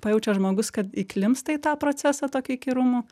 pajaučia žmogus kad įklimpsta į tą procesą tokį įkyrumo